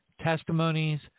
testimonies